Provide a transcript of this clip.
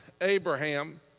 Abraham